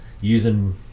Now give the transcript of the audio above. using